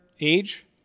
age